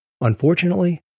Unfortunately